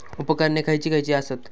उपकरणे खैयची खैयची आसत?